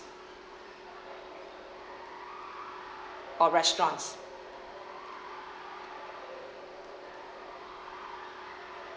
or restaurants